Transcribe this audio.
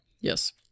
Yes